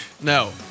No